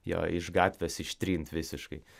jo iš gatvės ištrint visiškai